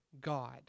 God